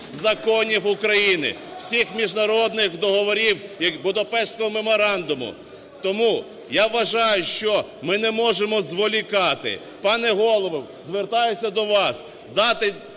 законів України, всіх міжнародних договорів і Будапештського меморандуму. Тому я вважаю, що ми не можемо зволікати. Пане Голово, звертаюсь до вас